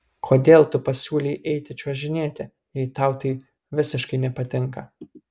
kodėl tu pasiūlei eiti čiuožinėti jei tau tai visiškai nepatinka